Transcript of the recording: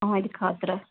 تُہٕنٛدِ خٲطرٕ